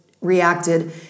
reacted